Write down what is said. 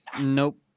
Nope